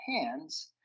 hands